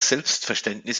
selbstverständnis